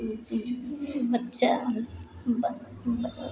बच्चा